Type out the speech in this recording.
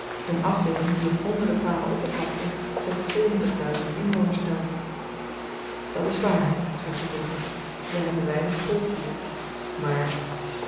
een afdeeling die op honderde palen oppervlakte slechts zeventigduizend inwoners telde dat is waar zei verbrugge we hebben weinig volk hier maar